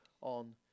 on